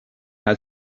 how